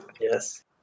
Yes